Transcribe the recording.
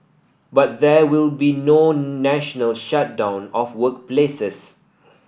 but there will be no national shutdown of workplaces